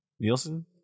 Nielsen